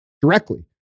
directly